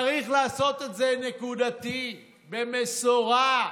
צריך לעשות את זה נקודתית, במשורה.